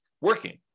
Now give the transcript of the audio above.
working